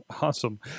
awesome